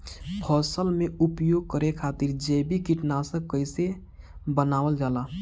फसल में उपयोग करे खातिर जैविक कीटनाशक कइसे बनावल जाला?